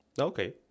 Okay